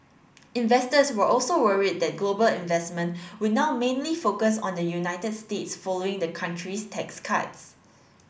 investors were also worried that global investment would now mainly focused on the United States following the country's tax cuts